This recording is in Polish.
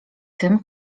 tym